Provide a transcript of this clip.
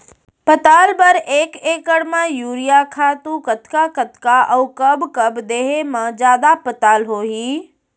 पताल बर एक एकड़ म यूरिया खातू कतका कतका अऊ कब कब देहे म जादा पताल होही?